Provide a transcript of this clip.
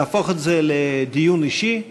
לדיון אישי.